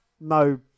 no